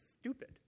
stupid